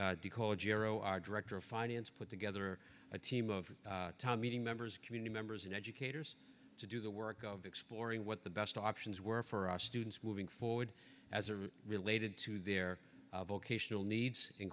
gero our director of finance put together a team of time meeting members community members and educators to do the work of exploring what the best options were for our students moving forward as related to their vocational needs in